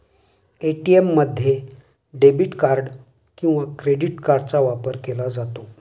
ATM मध्ये debit किंवा credit कार्डचा वापर केला जातो